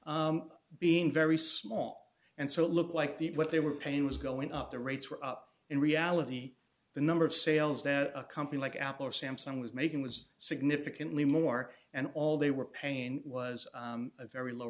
sales being very small and so it looked like the what they were paying was going up the rates were up in reality the number of sales that a company like apple or samsung was making was significantly more and all they were paying was a very low